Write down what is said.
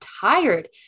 tired